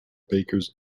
baker’s